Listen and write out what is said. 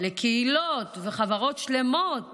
לקהילות ולחברות שלמות